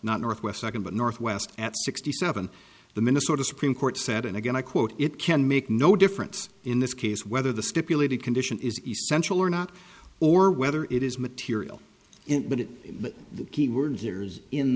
not north west second but northwest at sixty seven the minnesota supreme court said and again i quote it can make no difference in this case whether the stipulated condition is essential or not or whether it is material